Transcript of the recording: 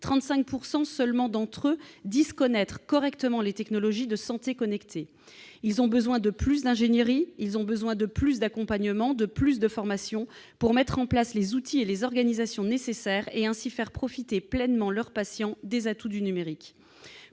35 % d'entre eux disent connaître correctement les technologies de santé connectée. Ils ont besoin de plus d'ingénierie, de plus d'accompagnement et de plus de formation pour mettre en place les outils et les organisations nécessaires et ainsi faire profiter pleinement leurs patients des atouts du numérique.